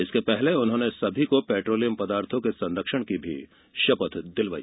इसके पहले उन्होंने सभी को पेट्रोलियम पदार्थों के संरक्षण की शपथ दिलवाई